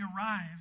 arrives